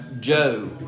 Joe